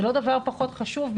זה לא דבר פחות חשוב,